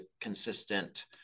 consistent